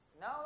Now